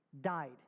died